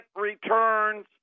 returns